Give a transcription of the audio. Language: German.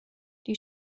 die